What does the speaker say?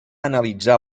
analitzar